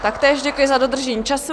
Taktéž děkuji za dodržení času.